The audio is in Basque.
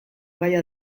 gaia